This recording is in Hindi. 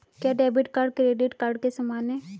क्या डेबिट कार्ड क्रेडिट कार्ड के समान है?